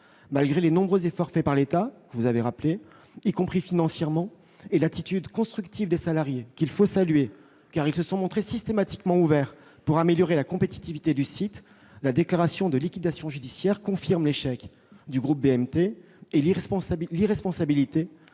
rappelés -, y compris sur le plan financier, et l'attitude constructive des salariés, qu'il faut saluer, car ils se sont montrés systématiquement ouverts pour améliorer la compétitivité du site, la déclaration de liquidation judiciaire confirme l'échec du groupe BMT et l'irresponsabilité